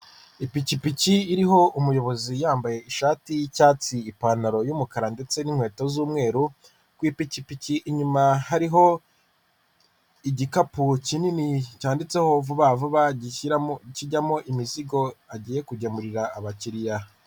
Ipikipiki iriho umuyobozi yambaye ishati y'icyatsi, ipantaro y'umukara ndetse n'inkweto z'umweru, ku ipikipiki inyuma hariho igikapu kinini cyanditseho vuba vuba, kijyamo imizigo agiye kugemurira abakiriya.